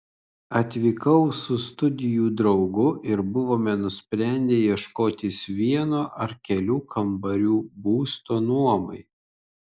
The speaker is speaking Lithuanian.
atvykau su studijų draugu ir buvome nusprendę ieškotis vieno ar kelių kambarių būsto nuomai